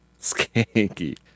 Skanky